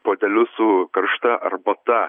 puodelius su karšta arbata